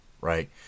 right